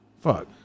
Fuck